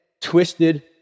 twisted